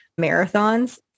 marathons